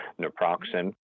naproxen